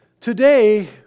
Today